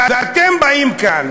ואתם באים לכאן